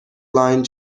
line